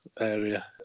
area